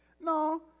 No